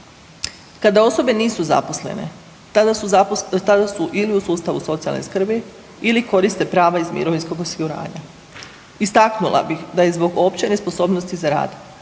Kada osobe nisu zaposlene, tada su ili u sustavu socijalne skrbi ili koriste prava iz mirovinskog osiguranja. Istaknula bi da je zbog opće nesposobnosti za rad